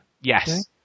yes